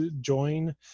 join